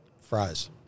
fries